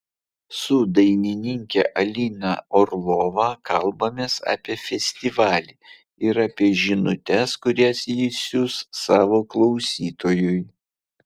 su dainininke alina orlova kalbamės apie festivalį ir apie žinutes kurias ji siųs savo klausytojui